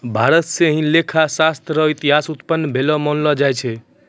भारत स ही लेखा शास्त्र र इतिहास उत्पन्न भेलो मानलो जाय छै